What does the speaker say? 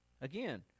Again